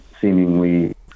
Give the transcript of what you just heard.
seemingly